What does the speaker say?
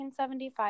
1975